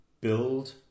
build